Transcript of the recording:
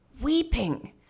Weeping